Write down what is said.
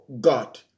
God